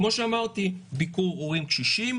כמו שאמרתי, ביקור הורים קשישים,